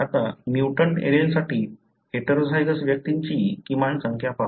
आता म्युटंट एलीलसाठी हेटेरोझायगस व्यक्तींची किमान संख्या पाहू